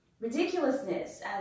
ridiculousness